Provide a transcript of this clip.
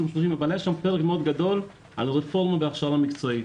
היה שם פרק מאוד גדול על רפורמה בהכשרה מקצועית.